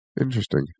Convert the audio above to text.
interesting